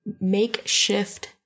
makeshift